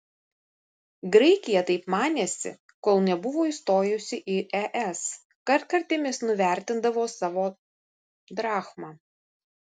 graikija taip manėsi kol nebuvo įstojusi į es kartkartėmis nuvertindavo savo drachmą